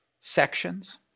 sections